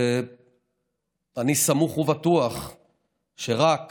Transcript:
ואני סמוך ובטוח שרק